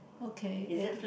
okay it